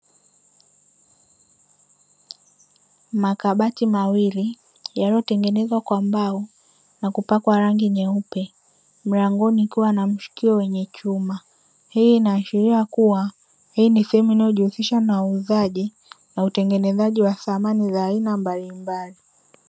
Makabati mawili yaliyotengenezwa kwa mbao na kupakwa rangi nyeupe, mlangoni kukiwa na mshikio wenye chuma. Hii inaashiria kuwa hii ni sehemu inayojihusisha na uuzaji na utengenezaji wa samani mbalimbali.